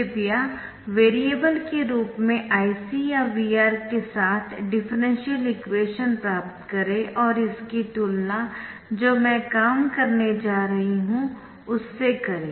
कृपया वेरिएबल के रूप में Ic या VR के साथ डिफरेंशियल इक्वेशन प्राप्त करें और इसकी तुलना जो मैं काम करने जा रही हूं उससे करें